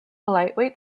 lightweight